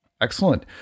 Excellent